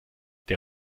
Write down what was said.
der